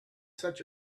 such